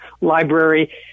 library